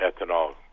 ethanol